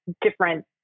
different